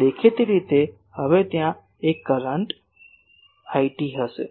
દેખીતી રીતે હવે ત્યાં એક કરંટ IT હશે